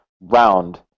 round